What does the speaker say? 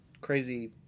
crazy